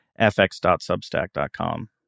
fx.substack.com